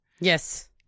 Yes